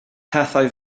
pethau